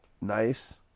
nice